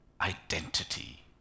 identity